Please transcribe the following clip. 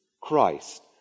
Christ